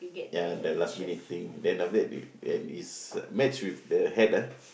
ya the last minute thing then after that they then is match with the hat ah